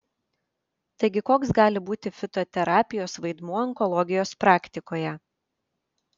taigi koks gali būti fitoterapijos vaidmuo onkologijos praktikoje